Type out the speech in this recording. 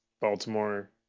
Baltimore